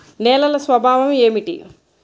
నేలల స్వభావం ఏమిటీ?